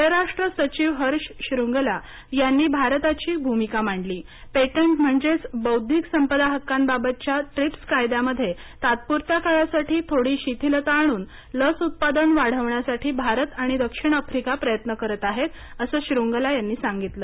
परराष्ट्र सचिव हर्ष श्रुंगला यांनी भारताची भूमिका मांडली पेटंटम्हण्जेक बौद्धिक संपदा हक्कांबाबतच्या ट्रिप्स कायद्यामध्ये तात्पुरत्या काळासाठी थोडी शिथिलता आणून लस उत्पादन वाढवण्यासाठी भारत आणि दक्षिण आफ्रिका प्रयत्न करत आहेतअसं श्रुंगला यांनी सांगितलं